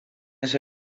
che